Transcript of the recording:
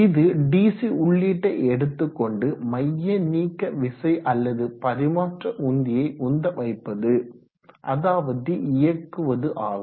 இது டிசி உள்ளீட்டை எடுத்து கொண்டு மையநீக்கவிசை அல்லது பரிமாற்ற உந்தியை உந்த வைப்பது அதாவது இயக்குவது ஆகும்